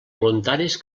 voluntaris